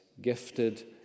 gifted